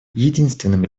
единственным